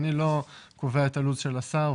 אני לא קובע את הלו"ז של השר,